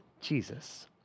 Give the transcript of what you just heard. Jesus